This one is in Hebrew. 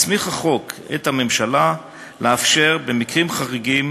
מסמיך החוק את הממשלה לאפשר במקרים חריגים